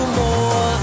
more